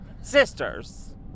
Sisters